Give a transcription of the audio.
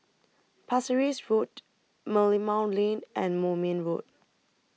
Pasir Ris Road Merlimau Lane and Moulmein Road